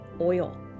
oil